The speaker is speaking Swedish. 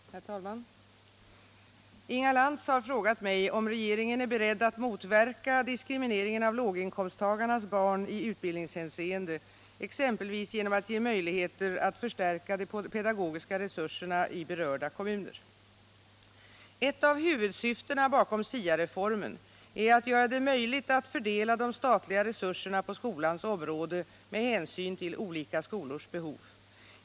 Herr talman! Inga Lantz har frågat mig om regeringen är beredd att motverka diskrimineringen av låginkomsttagarnas barn i utbildningshänseende exempelvis genom att ge möjligheter att förstärka de pedagogiska resurserna i berörda kommuner. Ett av huvudsyftena bakom SIA-reformen är att göra det möjligt att fördela de statliga resurserna på skolans område med hänsyn till olika skolors behov.